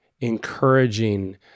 encouraging